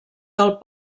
del